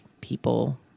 people